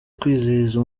kwizihiza